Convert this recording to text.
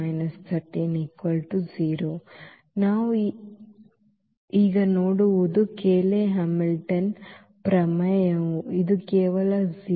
ಈಗ ನಾವು ನೋಡುವುದು ಕೇಯ್ಲೆ ಹ್ಯಾಮಿಲ್ಟನ್ ಪ್ರಮೇಯವು ಈ A2 12A 13 0 ಇದು ಕೇವಲ 0